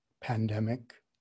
pandemic